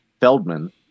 Feldman